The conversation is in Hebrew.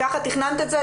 ככה תיכננת את זה?